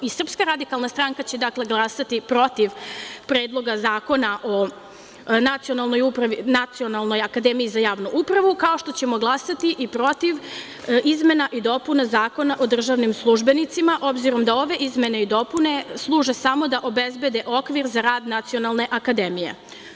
I SRS će, dakle, glasati protiv Predloga zakona o Nacionalnoj akademiji za javnu upravu, kao što ćemo glasati i protiv izmena i dopuna Zakona o državnim službenicima obzirom da ove izmene i dopune služe samo da obezbede okvir za rad Nacionalne akademije.